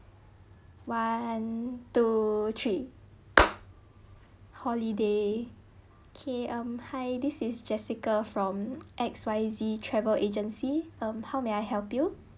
one two three holiday okay um hi this is jessica from X_Y_Z travel agency um how may I help you